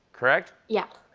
correct? yeah,